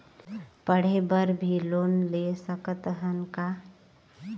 पढ़े बर भी लोन ले सकत हन का?